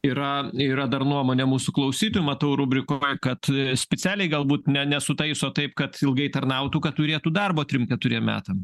yra yra dar nuomonė mūsų klausytojų matau rubrikoj kad specialiai galbūt ne nesutaiso taip kad ilgai tarnautų kad turėtų darbo trim keturiem metam